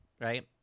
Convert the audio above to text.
Right